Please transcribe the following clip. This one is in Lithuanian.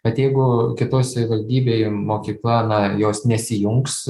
kad jeigu kitoj savivaldybėj mokykla na jos nesijungs